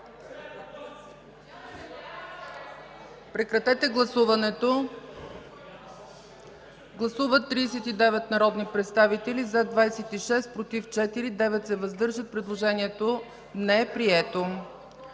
Прекратете гласуването. Гласували 39 народни представители: за 26, против 4, въздържали се 9. Предложението не е прието.